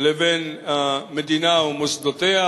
לבין המדינה ומוסדותיה,